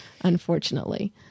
unfortunately